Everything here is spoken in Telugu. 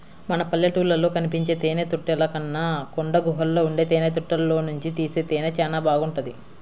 మన పల్లెటూళ్ళలో కనిపించే తేనెతుట్టెల కన్నా కొండగుహల్లో ఉండే తేనెతుట్టెల్లోనుంచి తీసే తేనె చానా బాగుంటది